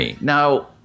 Now